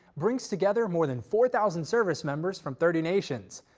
brings together more than four thousand servicemembers from thirty nations.